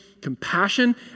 compassion